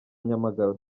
nyamagabe